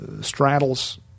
straddles